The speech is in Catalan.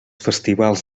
festivals